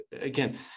Again